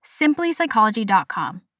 simplypsychology.com